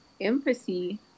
empathy